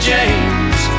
James